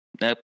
nope